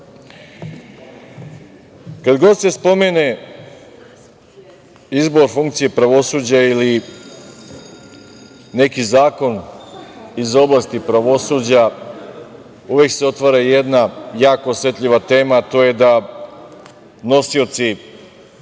god se spomene izbor funkcije pravosuđa ili neki zakon iz oblasti pravosuđa uvek se otvara jedna jako osetljiva tema, a to je da nosioci